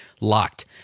locked